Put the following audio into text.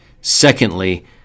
Secondly